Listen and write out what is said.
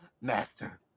Master